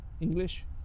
english